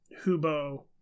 Hubo